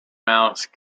mouse